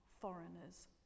foreigners